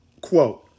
quote